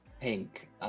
pink